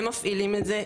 הם מפעילים את זה,